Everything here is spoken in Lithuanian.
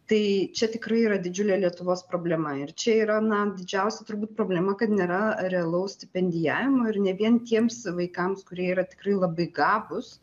tai čia tikrai yra didžiulė lietuvos problema ir čia yra na didžiausia turbūt problema kad nėra realaus stipendijavimo ir ne vien tiems vaikams kurie yra tikrai labai gabūs